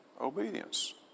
Obedience